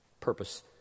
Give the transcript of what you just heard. purpose